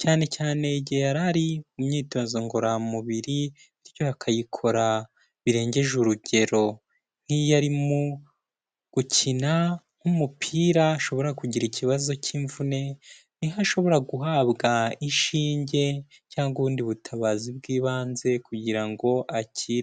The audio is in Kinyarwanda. cyane cyane igihe yari ari mu myitozo ngororamubiri, bityo akayikora birengeje urugero, nk'iyo arimo gukina nk'umupira ashobora kugira ikibazo cy'imvune, niho ashobora guhabwa inshinge cyangwa ubundi butabazi bw'ibanze kugira ngo akire.